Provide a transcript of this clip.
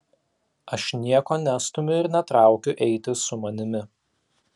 aš nieko nestumiu ir netraukiu eiti su manimi